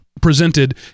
presented